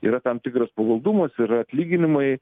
yra tam tikras pavaldumas yra atlyginimai